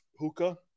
Hookah